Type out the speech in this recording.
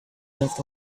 left